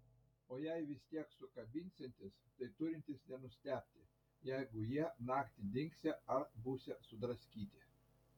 o jei vis tiek sukabinsiantis tai turintis nenustebti jeigu jie naktį dingsią ar būsią sudraskyti